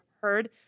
heard